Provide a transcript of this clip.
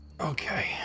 Okay